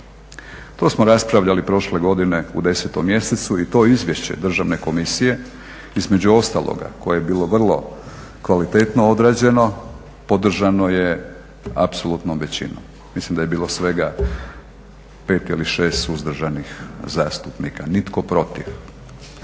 To smo raspravljali prošle godine u 10. mjesecu i to Izvješće Državne komisije između ostaloga koje je bilo vrlo kvalitetno odrađeno podržano je apsolutnom većinom. Mislim da je bilo svega 5 ili 6 suzdržanih zastupnika, nitko protiv.